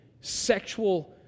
sexual